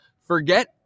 Forget